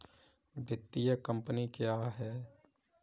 वित्तीय कम्पनी क्या है?